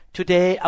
Today